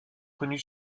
connu